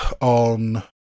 on